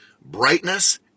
brightness